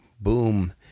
boom